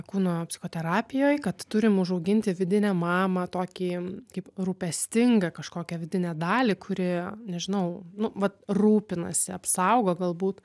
kūno psichoterapijoj kad turim užauginti vidinę mamą tokį kaip rūpestingą kažkokią vidinę dalį kuri nežinau nu vat rūpinasi apsaugo galbūt